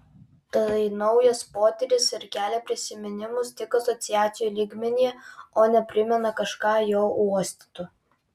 tai naujas potyris ir kelia prisiminimus tik asociacijų lygmenyje o ne primena kažką jau uostyto